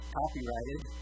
copyrighted